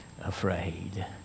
afraid